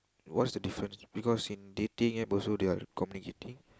what's the difference because in dating App also they're communicating